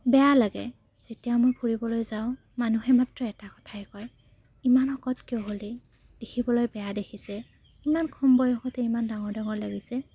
বেয়া লাগে যেতিয়া মই ফুৰিবলৈ যাওঁ মানুহে মাত্ৰ এটা কথাই কয় ইমান শকত কিয় হ'লি দেখিবলৈ বেয়া দেখিছে ইমান কম বয়সতে ইমান ডাঙৰ ডাঙৰ লাগিছে